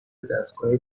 دستگاه